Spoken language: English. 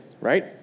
right